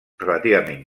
relativament